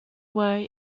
way